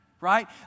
right